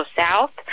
south